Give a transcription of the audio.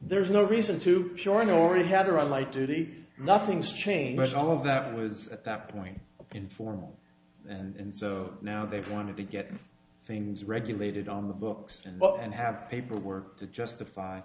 there's no reason to shorten already had her on light duty nothing's changed all of that was at that point in form and so now they want to get things regulated on the books and book and have paperwork to justify